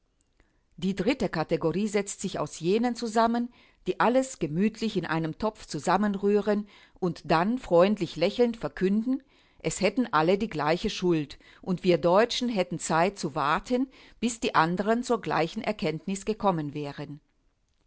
die dritte kategorie setzt sich aus jenen zusammen die alles gemütlich in einem topf zusammenrühren und dann freundlich lächelnd verkünden es hätten alle die gleiche schuld und wir deutschen hätten zeit zu warten bis die andern zur gleichen erkenntnis gekommen wären